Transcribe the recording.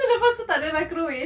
tu lepas tu tak ada microwave